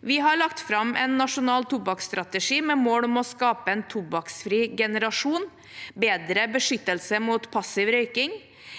Vi har lagt fram en nasjonal tobakksstrategi med mål om å skape en tobakksfri generasjon, bedre beskyttelse mot passiv røyking,